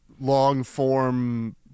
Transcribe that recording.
long-form